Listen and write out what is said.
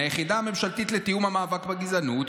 היחידה הממשלתית לתיאום המאבק בגזענות,